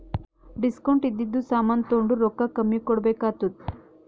discount ಇದ್ದಿದು ಸಾಮಾನ್ ತೊಂಡುರ್ ರೊಕ್ಕಾ ಕಮ್ಮಿ ಕೊಡ್ಬೆಕ್ ಆತ್ತುದ್